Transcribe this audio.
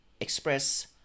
express